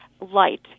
light